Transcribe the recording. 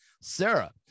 sarah